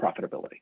profitability